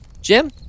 Jim